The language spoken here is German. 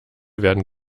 werden